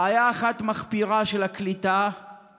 בעיה אחת מחפירה של הקליטה היא